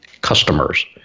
customers